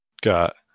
got